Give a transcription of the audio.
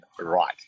right